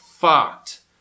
Fucked